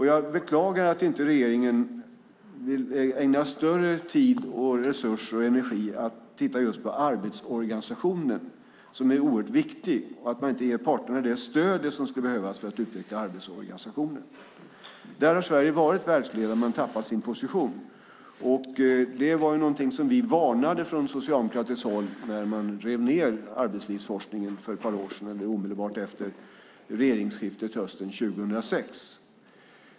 Jag beklagar att inte regeringen vill ägna större tid, resurser och energi åt att titta just på arbetsorganisationen som är oerhört viktig och att man inte ger parterna det stöd som skulle behövas för att utnyttja arbetsorganisationen. Där har Sverige varit världsledande men tappat sin position. Det var någonting som vi socialdemokrater varnade för när man rev ned arbetslivsforskningen för ett par år sedan, omedelbart efter regeringsskiftet hösten 2006.